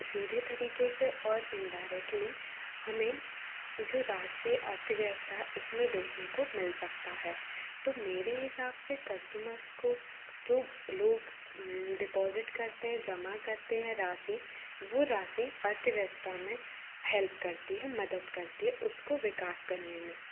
सीधे तरीके से और इनडारेक्टली हमें जो राष्ट्रीय अर्थव्यवस्था उसमें देखने को मिल सकता है तो मेरे हिसाब से कस्टमर्स को जो लोग डिपॉज़िट करते हैं जमा करते हैं राशि वह राशि अर्थव्यवस्था में हेल्प करती है मदद करती है उसको विकास करने में